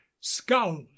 scowled